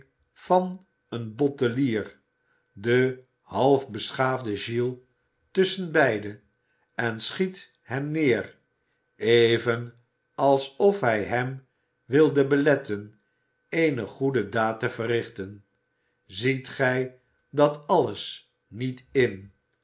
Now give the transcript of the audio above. van een bottelier de halfbeschaafde giles tusschen beiden en schiet hem neer even alsof hij hem wilde beletten eene goede daad te verrichten ziet gij dat alles niet in